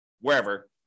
wherever